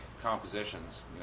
compositions